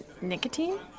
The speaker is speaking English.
Nicotine